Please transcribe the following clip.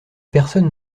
personne